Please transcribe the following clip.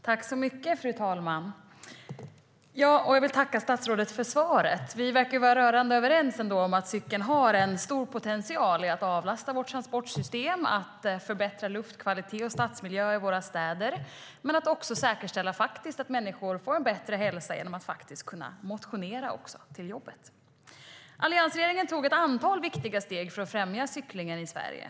Fru talman! Jag vill tacka statsrådet för svaret. Vi verkar vara rörande överens om att cykeln har stor potential i fråga om att avlasta vårt transportsystem och förbättra luftkvalitet och miljö i våra städer men också säkerställa att människor får bättre hälsa genom att kunna motionera på väg till jobbet. Alliansregeringen tog ett antal viktiga steg för att främja cyklingen i Sverige.